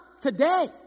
today